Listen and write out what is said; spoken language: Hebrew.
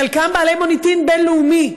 חלקם בעלי מוניטין בין-לאומי,